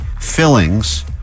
fillings